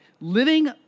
living